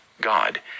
God